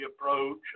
approach